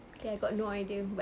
okay got no idea but